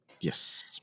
Yes